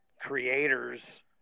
creators